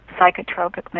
psychotropic